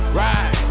ride